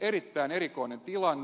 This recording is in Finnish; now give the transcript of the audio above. erittäin erikoinen tilanne